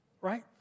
Right